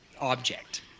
object